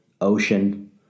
ocean